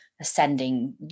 ascending